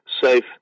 safe